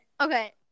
Okay